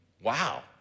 wow